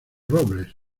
robles